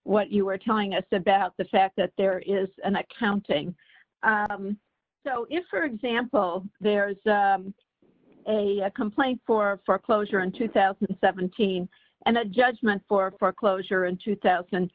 what you were telling us about the fact that there is an accounting so if for example there is a complaint for foreclosure in two thousand and seventeen and the judgment for foreclosure in two thousand and